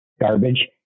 garbage